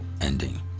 ending